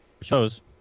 shows